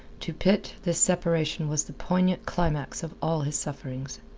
to pitt, this separation was the poignant climax of all his sufferings.